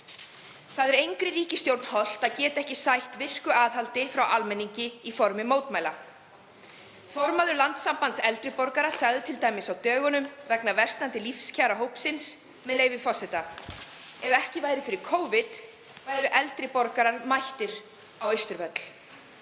Það er engri ríkisstjórn hollt að sæta ekki virku aðhaldi frá almenningi í formi mótmæla. Formaður Landssambands eldri borgara sagði t.d. á dögunum í tengslum við versnandi lífskjör hópsins, með leyfi forseta: „Ef ekki væri fyrir Covid væru eldri borgarar mættir á Austurvöll.“